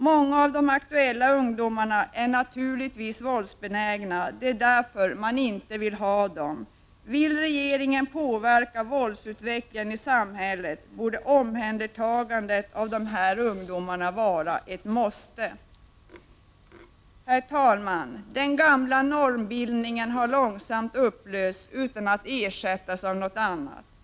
Många av de aktuella ungdomarna är naturligtvis våldsbenägna. Det är därför som ungdomsvårdsskolorna inte vill ha dem. Vill regeringen påverka våldsutvecklingen i samhället borde omhändertagandet av dessa ungdomar vara ett måste. Herr talman! Den gamla normbildningen har långsamt upplösts utan att ersättas av något annat.